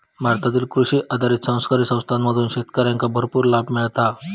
भारतातील कृषी आधारित सहकारी संस्थांमधून शेतकऱ्यांका भरपूर लाभ मिळता हा